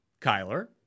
Kyler